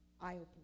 eye-opening